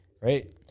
right